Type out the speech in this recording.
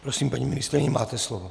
Prosím, paní ministryně, máte slovo.